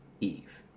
Eve